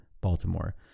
Baltimore